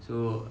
so